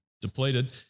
depleted